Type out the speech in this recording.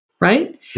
Right